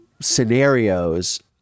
scenarios